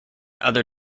other